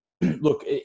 look